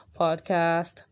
Podcast